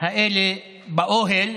האלה באוהל